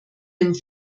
dem